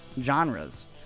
genres